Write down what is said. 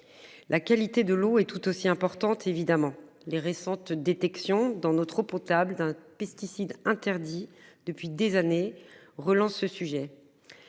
La qualité de l'eau et tout aussi importante évidemment les récentes détection dans notre eau potable d'un pesticide interdit depuis des années relance ce sujet.